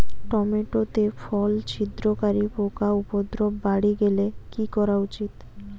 Tomato তে ফল ছিদ্রকারী পোকা উপদ্রব বাড়ি গেলে কি করা উচিৎ?